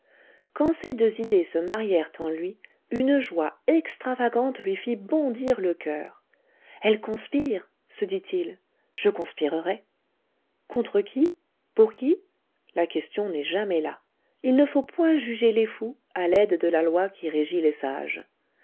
quand ces deux idées se marièrent en lui une joie extravagante lui fit bondir le coeur elle conspire se dit-il je conspirerai contre qui pour qui la question n'est jamais là il ne faut point juger les fous à l'aide de la loi qui régit les sages